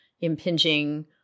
impinging